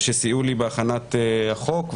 בוקר טוב לכולם.